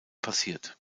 passiert